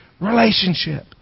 relationship